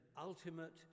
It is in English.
ultimate